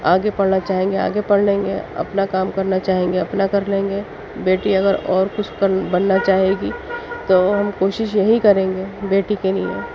آگے پڑھنا چاہیں گے آگے پڑھ لیں گے اپنا کام کرنا چاہیں گے اپنا کر لیں گے بیٹی اگر اور کچھ بننا چاہے گی تو ہم کوشش یہی کریں گے بیٹی کے لیے